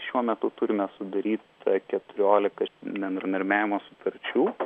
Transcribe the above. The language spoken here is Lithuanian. šiuo metu turime sudaryta keturiolika bendradarbiavimo sutarčių